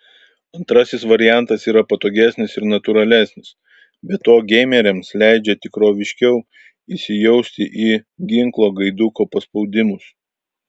antrasis variantas yra patogesnis ir natūralesnis be to geimeriams leidžia tikroviškiau įsijausti į ginklo gaiduko paspaudimus